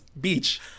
beach